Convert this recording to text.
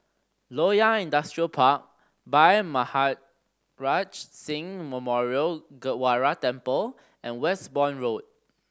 Loyang Industrial Park Bhai Maharaj Singh Memorial Gurdwara Temple and Westbourne Road